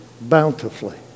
bountifully